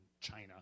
China